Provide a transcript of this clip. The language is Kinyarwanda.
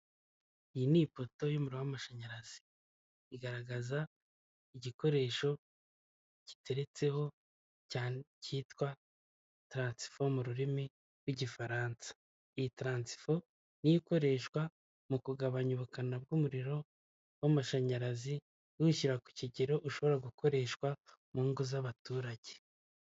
Iyi ni ipoto y'umuriro w'amashanyarazi igaragaza igikoresho giteretseho kitwa tiransifo mu ururimi rw'igifaransa, iyi tiransifo niyo ikoreshwa mu kugabanya ubukana bw'umuriro w'amashanyarazi buyishira ku kigero ushobora gukoreshwa mu ngo z'abaturage.